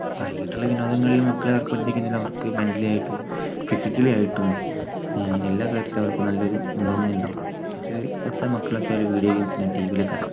വൈകീട്ടുള്ള വിനോദങ്ങളിൽ മക്കളെ ഏർപ്പെടുത്തിക്കഴിഞ്ഞാൽ അവർക്ക് മെൻറലി ആയിട്ടും ഫിസിക്കലി ആയിട്ടും എല്ലാ കാര്യത്തിലും അവർക്ക് നല്ലൊരു ഇംപ്രൂവ്മെൻറ്റ് ഉണ്ടാവും ഇപ്പോഴത്തെ മക്കൾ വെച്ചാൽ വീഡിയോ ഗെയിംസിനും ടിവിയിലൊക്കെ അഡിക്ട് ആണ്